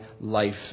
life